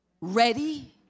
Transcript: ready